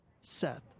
Seth